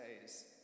days